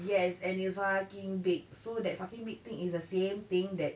yes and it's fucking big so that fucking big thing is the same thing that